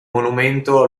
monumento